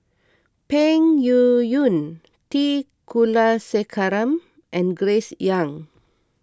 Peng Yuyun T Kulasekaram and Glace Young